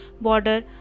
border